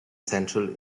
central